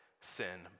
sin